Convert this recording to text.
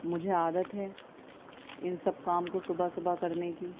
مجھے عادت ہے ان سب کام کو صبح صبح کرنے کی